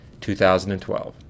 2012